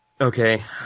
Okay